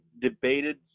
debated